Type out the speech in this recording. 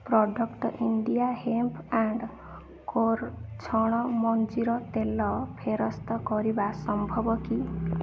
product India hemp and core ଛଣ ମଞ୍ଜିର ତେଲକୁ ଫେରସ୍ତ କରିବା ସମ୍ଭବ କି